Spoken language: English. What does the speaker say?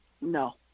No